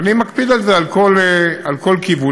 ואני מקפיד על זה, על כל כיווניו.